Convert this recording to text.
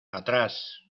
atrás